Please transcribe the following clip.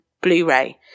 Blu-ray